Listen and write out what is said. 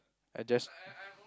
I just